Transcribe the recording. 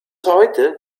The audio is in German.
heute